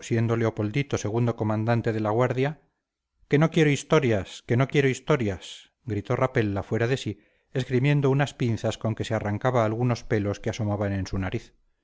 siendo leopoldito segundo comandante de la guardia que no quiero historias que no quiero historias gritó rapella fuera de sí esgrimiendo unas pinzas con que se arrancaba algunos pelos que asomaban en su nariz